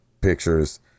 pictures